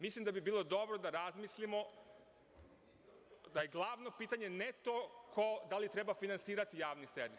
Mislim da bi bilo dobro da razmislimo da je glavno pitanje ne to da li treba finansirati javni servis.